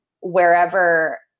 wherever